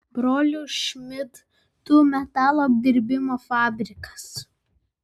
brolių šmidtų metalo apdirbimo fabrikas